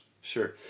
Sure